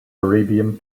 arabian